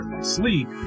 Sleep